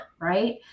right